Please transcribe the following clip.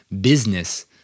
business